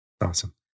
Awesome